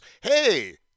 hey